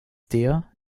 der